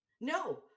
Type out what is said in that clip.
no